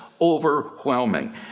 overwhelming